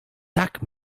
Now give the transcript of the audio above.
tak